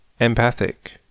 empathic